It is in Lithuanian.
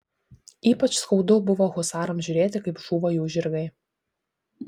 ypač skaudu buvo husarams žiūrėti kaip žūva jų žirgai